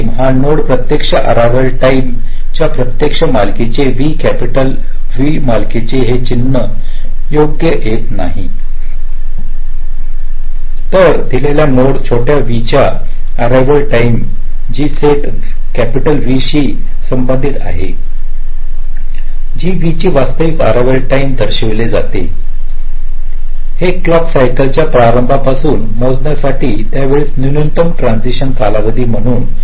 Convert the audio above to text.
एक नोड प्रत्यक्ष arrival time या प्रत्यक्षात मालकीचे v कॅपिटल V मालकीचे हे चिन्ह योग्य येत नाही आहे तर दिलेल्या नोड छोट्या v च्या अररिवाल टाईम जी सेट V शी संबंधित आहे जी v ची वास्तविक अररिवाल टाईम दर्शविली जाते हे क्लॉक सायकल च्या प्रारंभापासून मोजण्यासाठी त्यावेळेस नवीनतम ट्रान्सिशन कालावधी म्हणून परिभाषित केले जाते